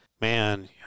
man